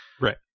Right